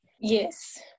Yes